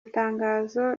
tangazo